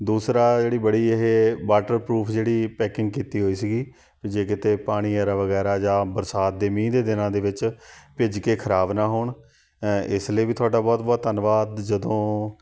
ਦੂਸਰਾ ਜਿਹੜੀ ਬੜੀ ਇਹ ਵਾਟਰ ਪਰੂਫ ਜਿਹੜੀ ਪੈਕਿੰਗ ਕੀਤੀ ਹੋਈ ਸੀਗੀ ਜੇ ਕਿਤੇ ਪਾਣੀ ਐਰਾ ਵਗੈਰਾ ਜਾਂ ਬਰਸਾਤ ਦੇ ਮੀਂਹ ਦੇ ਦਿਨਾਂ ਦੇ ਵਿੱਚ ਭਿੱਜ ਕੇ ਖਰਾਬ ਨਾ ਹੋਣ ਇਸ ਲਈ ਵੀ ਤੁਹਾਡਾ ਬਹੁਤ ਬਹੁਤ ਧੰਨਵਾਦ ਜਦੋਂ